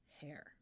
hair